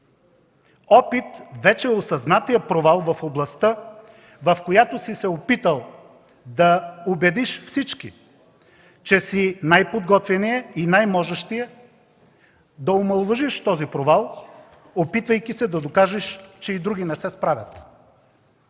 опит вече осъзнатият провал в областта, в която си се опитал да убедиш всички, че си най-подготвеният и най-можещият, да омаловажиш този провал, опитвайки се да докажеш, че и други не се справят.